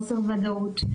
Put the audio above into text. חוסר ודאות.